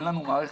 אין לנו מערכת